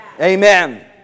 Amen